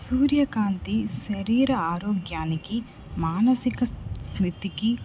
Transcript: సూర్యకాంతి శరీర ఆరోగ్యానికి మానసిక స్థితికి